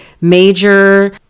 major